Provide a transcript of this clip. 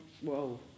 whoa